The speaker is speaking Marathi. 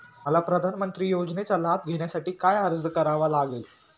मला प्रधानमंत्री योजनेचा लाभ घेण्यासाठी काय अर्ज करावा लागेल?